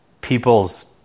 people's